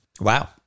Wow